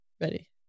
ready